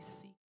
seek